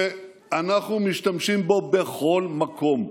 שאנחנו משתמשים בו בכל מקום?